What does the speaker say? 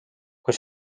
kui